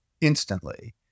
instantly